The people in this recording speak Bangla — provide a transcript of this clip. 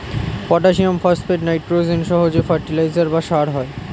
পটাসিয়াম, ফসফেট, নাইট্রোজেন সহ যে ফার্টিলাইজার বা সার হয়